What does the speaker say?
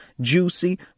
juicy